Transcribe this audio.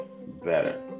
better